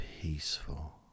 peaceful